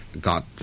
got